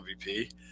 MVP